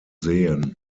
sehen